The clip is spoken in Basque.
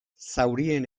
zaurien